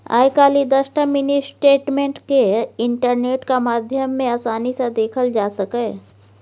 आइ काल्हि दसटा mini statement केँ इंटरनेटक माध्यमे आसानी सँ देखल जा सकैए